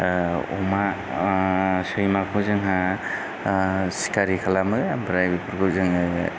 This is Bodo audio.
अमा सैमाखौ जोंहा सिखारि खालामो आमफ्राय बेफोरखौ जोङो